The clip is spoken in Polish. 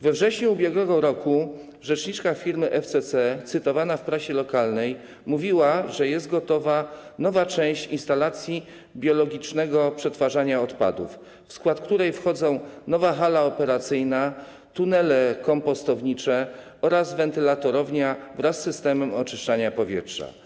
We wrześniu ub.r. rzeczniczka firmy FCC cytowana w prasie lokalnej mówiła, że jest gotowa nowa część instalacji biologicznego przetwarzania odpadów, w skład której wchodzą nowa hala operacyjna, tunele kompostownicze oraz wentylatorownia wraz z systemem oczyszczania powietrza.